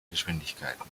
geschwindigkeiten